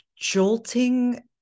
jolting